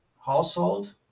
household